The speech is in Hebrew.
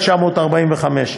1945,